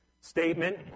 statement